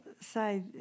say